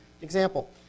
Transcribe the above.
example